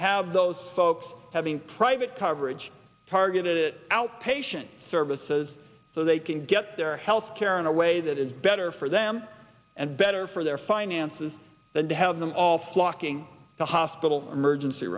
have those folks having private coverage targeted it outpatient services so they can get their health care in a way that is better for them and better for their finances than to have them all flocking to hospital emergency